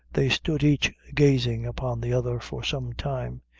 they stood each gazing upon the other for some time.